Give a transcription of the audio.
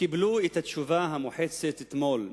קיבלו את התשובה המוחצת אתמול: